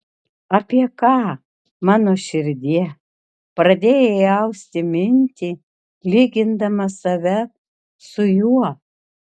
apie ką mano širdie pradėjai austi mintį lygindama save su juo